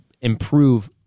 improve